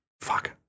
Fuck